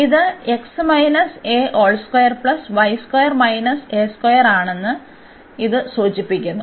ഇത് ആണെന്ന് ഇത് സൂചിപ്പിക്കുന്നു